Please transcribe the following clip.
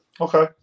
okay